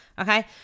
Okay